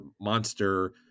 monster